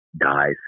dies